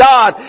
God